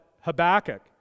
Habakkuk